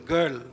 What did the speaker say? Girl